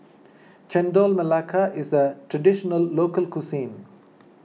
Chendol Melaka is a Traditional Local Cuisine